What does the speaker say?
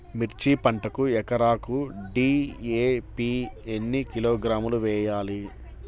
మిర్చి పంటకు ఎకరాకు డీ.ఏ.పీ ఎన్ని కిలోగ్రాములు వేయాలి?